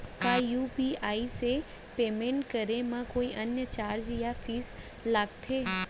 का यू.पी.आई से पेमेंट करे म कोई अन्य चार्ज या फीस लागथे?